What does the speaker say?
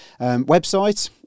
website